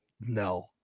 No